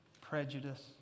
prejudice